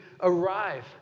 arrive